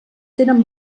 tenen